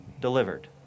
delivered